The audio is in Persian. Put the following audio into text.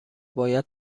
باید